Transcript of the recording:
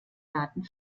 daten